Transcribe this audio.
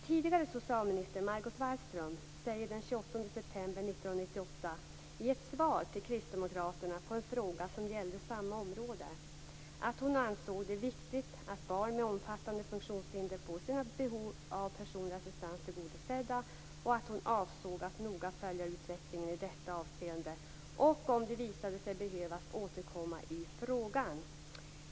Den f.d. socialministern Margot Wallström skrev den 28 september 1998 i ett svar till en kristdemokrat på en fråga som gällde samma område att hon ansåg det viktigt att barn med omfattande funktionshinder får sina behov av personlig assistans tillgodosedda och att hon avsåg att noga följa utvecklingen i detta avseende och, om det visade sig behövas, återkomma i frågan.